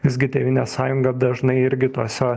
visgi tėvynės sąjunga dažnai irgi tuose